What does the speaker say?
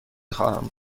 خواهم